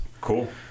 Cool